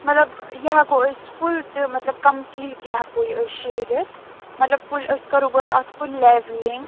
مطلب ٲں یہِ ہیٚکو أسۍ فُل تہِ مطلب کَمپٕلیٖٹلی ہیٚکو یہِ أسۍ شِہرِتھ مطلب فُل أسۍ کَرو گۄڈٕ اَتھ فُل لیٚولِنٛگ